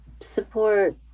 support